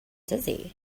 dizzy